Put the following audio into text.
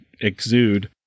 exude